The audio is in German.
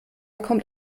kommt